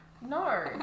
No